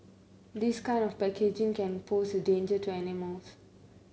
this kind of packaging can pose a danger to animals